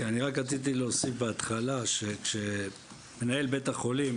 רק רציתי להוסיף בהתחלה שכשמנהל בית החולים